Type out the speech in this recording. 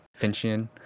Finchian